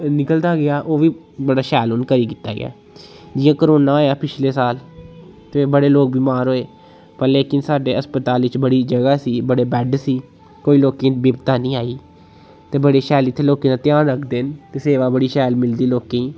निकलदा गेआ ओह् बी बड़ा शैल हून करी गित्ता गेआ ऐ जियां करोना होएआ पिछले साल ते बड़े लोक बीमार होऐ पर लेकिन साड्डे हस्पताल च बड़ी जगह् सी बड़े बैड्ड सी कोई लोकें गी बिपता नी आई ते बड़े शैल इत्थें लोके दा ध्यान रखदे न ते सेवा बड़ी शैल मिलदी लोकें ई